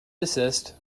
desist